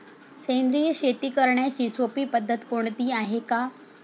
सेंद्रिय शेती करण्याची सोपी पद्धत कोणती आहे का?